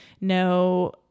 no